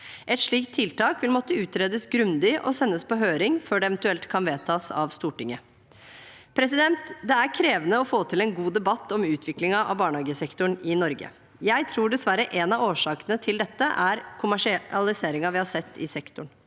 Et slikt tiltak vil måtte utredes grundig og sendes på høring før det eventuelt kan vedtas av Stortinget. Det er krevende å få til en god debatt om utviklingen av barnehagesektoren i Norge. Jeg tror dessverre en av årsakene til dette er kommersialiseringen vi har sett i sektoren.